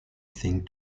thing